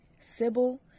Sybil